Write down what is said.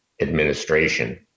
administration